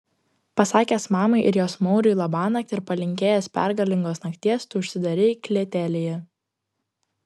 pasakęs mamai ir jos mauriui labanakt ir palinkėjęs pergalingos nakties tu užsidarei klėtelėje